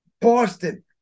Boston